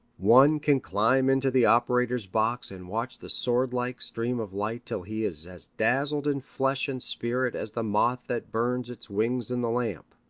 one can climb into the operator's box and watch the sword-like stream of light till he is as dazzled in flesh and spirit as the moth that burns its wings in the lamp.